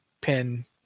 pin